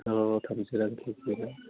अ थामजि रां केजि आरो